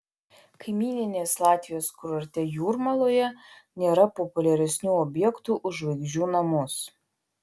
kaimyninės latvijos kurorte jūrmaloje nėra populiaresnių objektų už žvaigždžių namus